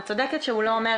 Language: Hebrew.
את צודקת שהוא לא אומר,